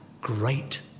great